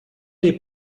les